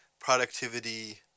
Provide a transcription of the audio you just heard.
productivity